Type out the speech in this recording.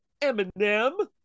Eminem